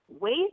wait